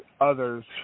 others